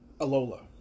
Alola